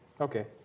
Okay